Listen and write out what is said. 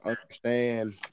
understand